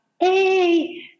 hey